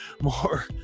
more